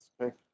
okay